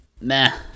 meh